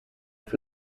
for